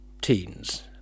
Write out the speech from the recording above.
teens